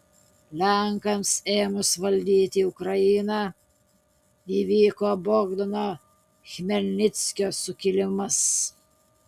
lenkams ėmus valdyti ukrainą įvyko bogdano chmelnickio sukilimas